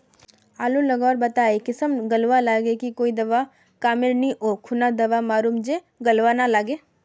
आलू लगवार बात ए किसम गलवा लागे की कोई दावा कमेर नि ओ खुना की दावा मारूम जे गलवा ना लागे?